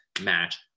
match